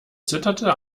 zitterte